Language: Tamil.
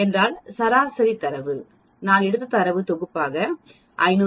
என்றால் சராசரிதரவு நான் எடுத்த தரவு தொகுப்பாக 500